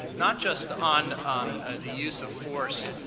not just on the use of force